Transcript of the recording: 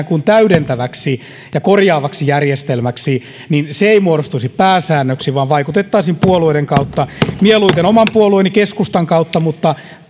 kuin täydentäväksi ja korjaavaksi järjestelmäksi ei muodostuisi pääsäännöksi vaan vaikutettaisiin puolueiden kautta mieluiten oman puolueeni keskustan kautta mutta